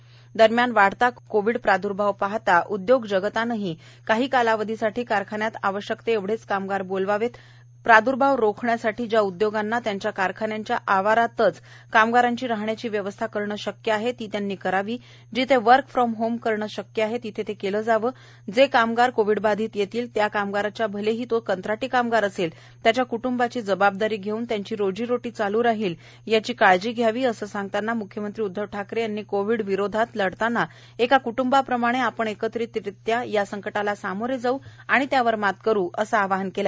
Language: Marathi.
मुंबई उद्योग जगत वाढता कोविड प्रादुर्भाव पहाता उदयोग जगताने काही कालावधीसाठी कारखान्यात आवश्यकते एवढेच कामगार बोलवावेत प्राद्र्भाव रोखण्यासाठी ज्या उद्योगांना त्यांच्या कारखान्याच्या आवारातच कामगारांची राहण्याची व्यवस्था करणे शक्य आहे ती त्यांनी करावी जिथे वर्क फ्रॉम होम करणे शक्य आहे तिथे ते केले जावे जो कामगार कोविड बाधित होईल त्या कामगाराच्या भले ही तो कंत्राटी कामगार असेल त्याच्या क्ट्ंबाची जबाबदारी घेऊन त्यांची रोजीरोटी चालू राहील याची काळजी घ्यावी असे सांगतांना म्ख्यमंत्री उद्वव ठाकरे यांनी कोविड विरोधात लढतांना एका क्ट्बाप्रमाणे आपण एकत्रितरित्या या संकटाला सामोरे जाऊ आणि त्यावर मात करू असे आवाहन केले